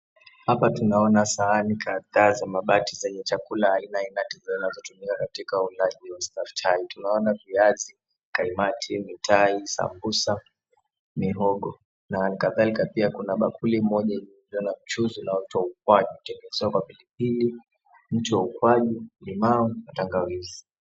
Hapa tunaona sahani kadhaa za mabati zenye chakula aina aina zinazotumika katika ulaji wa staftahi. Tunaona viazi, kaimati, mitai, sambusa, mihogo na kadhalika pia kuna bakuli moja tunaona mchuzi unaoitwa ukwaju uliotengenezwa kwa pilipili, mti wa ukwaju, limau na tangawizi.